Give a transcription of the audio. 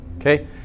Okay